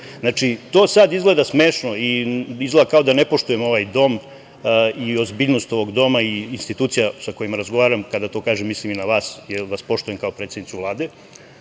žene. To sada izgleda smešno i izgleda kao da ne poštujemo ovaj dom i ozbiljnost ovog doma i institucija sa kojima razgovaram, kada to kažem mislim i na vas jer vas poštujem kao predsednicu Vlade,